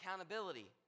accountability